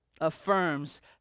Affirms